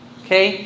okay